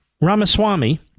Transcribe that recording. Ramaswamy